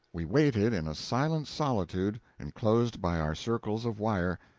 we waited in a silent solitude enclosed by our circles of wire,